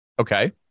Okay